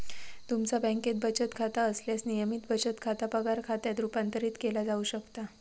तुमचा बँकेत बचत खाता असल्यास, नियमित बचत खाता पगार खात्यात रूपांतरित केला जाऊ शकता